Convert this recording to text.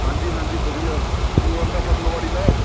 ਹਾਂਜੀ ਹਾਂਜੀ ਵਧੀਆ ਕੀ ਬਣਦਾ ਫਸਲ ਵਾੜੀ ਦਾ